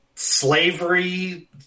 slavery